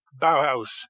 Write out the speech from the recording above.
Bauhaus